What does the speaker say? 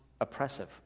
oppressive